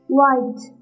White